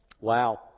wow